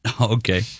Okay